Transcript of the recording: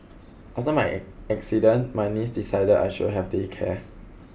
after my accident my niece decided that I should have day care